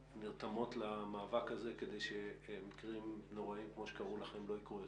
נרתמות למאבק הזה כדי שמקרים נוראים כמו שקרה לכם לא יקרו יותר.